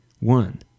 One